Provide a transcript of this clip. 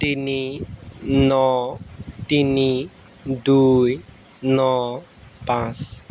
তিনি ন তিনি দুই ন পাঁচ